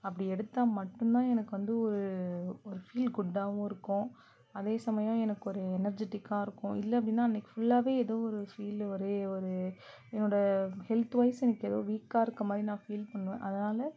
அப்படி எடுத்தால் மட்டும் தான் எனக்கு வந்து ஒரு ஒரு ஃபீல் குட்டாவும் இருக்கும் அதே சமயம் எனக்கு ஒரு எனர்ஜிட்டிக்காக இருக்கும் இல்லை அப்படின்னா அன்றைக்கி ஃபுல்லாவே ஏதோ ஒரு ஃபீல் ஒரே ஒரு என்னோடய ஹெல்த் வைஸ் எனக்கு ஏதோ வீக்காக இருக்கற மாதிரி நான் ஃபீல் பண்ணுவேன் அதனால்